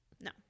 No